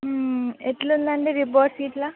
ఎట్లుందండి రిపోర్ట్స్ ఇట్లా